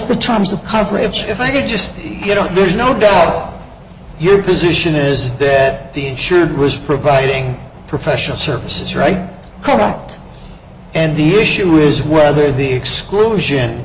the terms of coverage if they could just you know there's no doubt your position is that the insured was providing professional services right can act and the issue is whether the exclusion